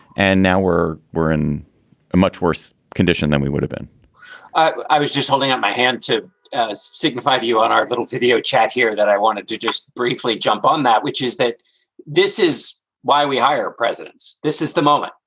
and now we're we're in a much worse condition than we would've been i was just holding out my hand to signify to you on our little video chat here that i wanted to just briefly jump on that, which is that this is why we hire presidents. this is the moment.